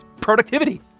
productivity